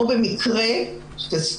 או במקרה של יחסי מרות,